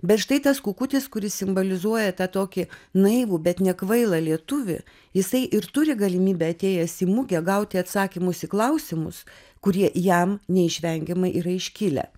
bet štai tas kukutis kuris simbolizuoja tą tokį naivų bet ne kvailą lietuvį jisai ir turi galimybę atėjęs į mugę gauti atsakymus į klausimus kurie jam neišvengiamai yra iškilę